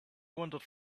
wandered